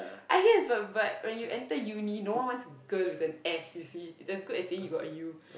I guess but but when you enter uni no one wants a girl with an S you see it's as good as saying you got a U